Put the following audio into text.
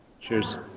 Cheers